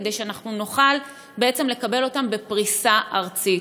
כדי שנוכל בעצם לקבל אותם בפריסה ארצית.